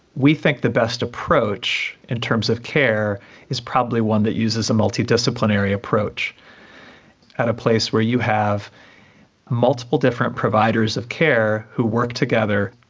we think the best approach in terms of care is probably one that uses a multidisciplinary approach at a place where you have multiple different providers of care who work together.